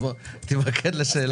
תתמקד בשאלה.